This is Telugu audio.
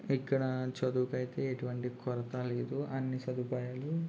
ఇక్కడ చదువుకు అయితే ఎటువంటి కొరత లేదు అన్నీ సదుపాయాలు